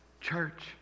church